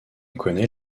connaît